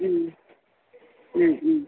മ്മ് മ്മ് മ്മ്